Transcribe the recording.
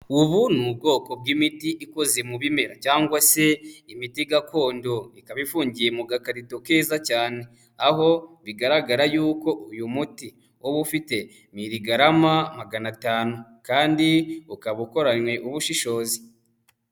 Ubu ni ubwoko bw'imiti ikoze mu bimera cyangwa se imiti gakondo, ikaba ifungiye mu gakarito keza cyane, aho bigaragara yuko uyu muti uba ufite miligarama magana atanu kandi ukaba ukoranywe ubushishozi.